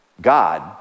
God